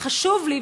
וחשוב לי,